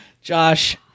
Josh